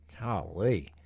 golly